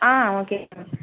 ah okay ma'am